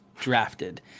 drafted